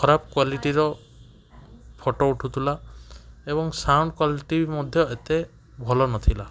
ଖରାପ କ୍ଵାଲିଟିର ଫଟୋ ଉଠୁଥିଲା ଏବଂ ସାଉଣ୍ଡ କ୍ଵାଲିଟି ମଧ୍ୟ ଏତେ ଭଲ ନଥିଲା